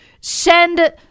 send